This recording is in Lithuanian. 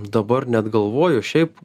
dabar net galvoju šiaip